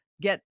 get